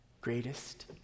greatest